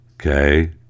Okay